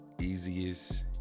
Easiest